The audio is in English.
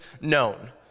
known